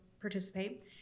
participate